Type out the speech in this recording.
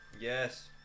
Yes